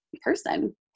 person